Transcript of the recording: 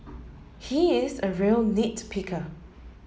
he is a real nit picker